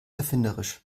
erfinderisch